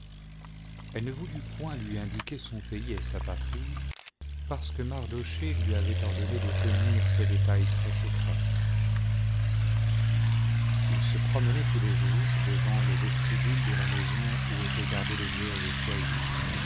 elle ne voulut point lui indiquer son pays et sa patrie parce que mardochée lui avait ordonné de tenir ces détails très secret il se promenait tous les jours devant le vestibule de la maison où étaient gardées les vierges choisies